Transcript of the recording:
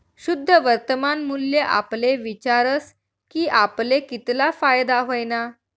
शुद्ध वर्तमान मूल्य आपले विचारस की आपले कितला फायदा व्हयना